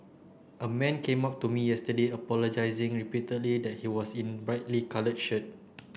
a man came up to me yesterday apologising repeatedly that he was in a brightly coloured shirt